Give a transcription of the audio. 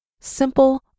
simple